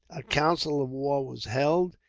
a council of war was held.